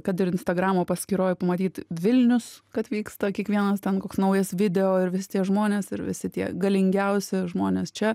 kad ir instagramo paskyroj pamatyt vilnius kad vyksta kiekvienas ten koks naujas video ir vistiek žmonės ir visi tie galingiausi žmonės čia